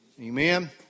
Amen